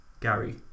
Gary